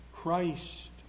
Christ